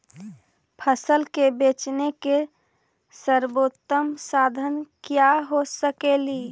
फसल के बेचने के सरबोतम साधन क्या हो सकेली?